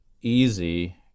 easy